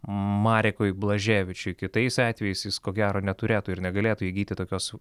marekui blaževičiui kitais atvejais jis ko gero neturėtų ir negalėtų įgyti tokios